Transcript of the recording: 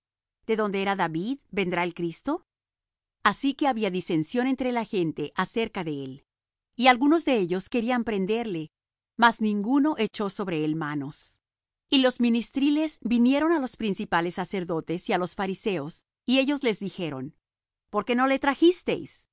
de donde era david vendrá el cristo así que había disensión entre la gente acerca de él y algunos de ellos querían prenderle mas ninguno echó sobre él manos y los ministriles vinieron á los principales sacerdotes y á los fariseos y ellos les dijeron por qué no le trajisteis